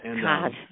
God